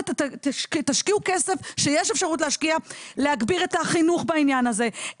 תשקיעו כסף שיש אפשרות להשקיע להגביר את החינוך בעניין הזה,